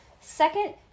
Second